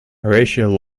horatio